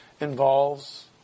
involves